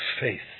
faith